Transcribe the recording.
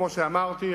כמו שאמרתי,